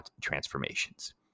transformations